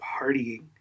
partying